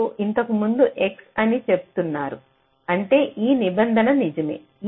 మీరు ఇంతకుముందు x అని చెప్తున్నారు అంటే ఈ నిబంధన నిజమే